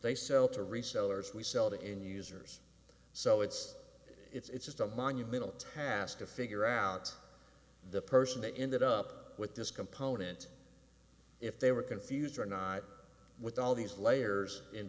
they sell to resellers we sell to end users so it's it's just a monumental task to figure out the person they ended up with this component if they were confused or not with all these layers in